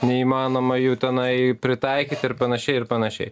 neįmanoma jų tenai pritaikyti ir panašiai ir panašiai